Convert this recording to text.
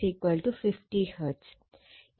അതിനാൽ f 50 Hz